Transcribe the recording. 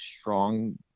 strong